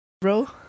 bro